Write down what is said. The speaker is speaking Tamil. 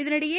இதனிடையே